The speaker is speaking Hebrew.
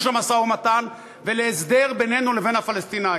המשא-ומתן ולהסדר בינינו לבין הפלסטינים.